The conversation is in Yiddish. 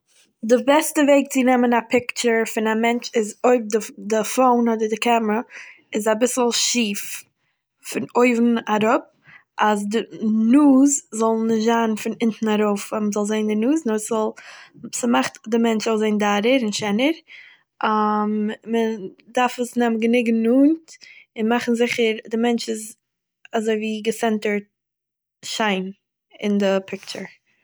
די בעסטע וועג צו נעמען א פיקטשער פון א מענטש איז, אויב די פאון אדער די קאמערע איז אביסל שיעף, פון אויבן אראפ, אז די נאז זאל נישט זיין פון אונטן ארויף און מ'זאל זעהן די נאז, נאר ס'זאל- ס'מאכט די מענטש אויסזעהן דארער און שענער, מען דארף עס נעמען גענוג נאענט, און מאכן זיכער דער מענטש איז אזוי ווי געסענטער'ט שיין אין די פיקטשער